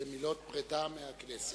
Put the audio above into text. למילות פרידה מהכנסת.